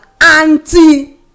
anti